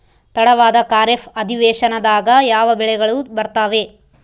ತಡವಾದ ಖಾರೇಫ್ ಅಧಿವೇಶನದಾಗ ಯಾವ ಬೆಳೆಗಳು ಬರ್ತಾವೆ?